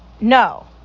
no